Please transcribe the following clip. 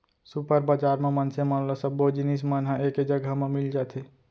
super बजार म मनसे मन ल सब्बो जिनिस मन ह एके जघा म मिल जाथे